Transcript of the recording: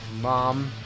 mom